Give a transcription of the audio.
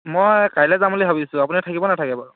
মই কাইলৈ যাম বুলি ভাবিছোঁ আপুনি থাকিব নাথাকে বাৰু